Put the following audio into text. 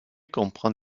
comprend